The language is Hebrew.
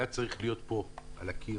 היה צריך להיות פה על הקיר